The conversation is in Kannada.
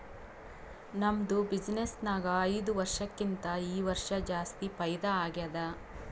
ನಮ್ದು ಬಿಸಿನ್ನೆಸ್ ನಾಗ್ ಐಯ್ದ ವರ್ಷಕ್ಕಿಂತಾ ಈ ವರ್ಷ ಜಾಸ್ತಿ ಫೈದಾ ಆಗ್ಯಾದ್